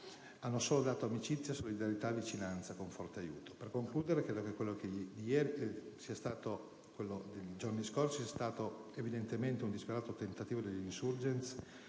hanno solo dato amicizia, solidarietà, vicinanza, con forte aiuto. Per concludere, credo che quello dei giorni scorsi sia stato evidentemente un disperato tentativo degli *insurgent*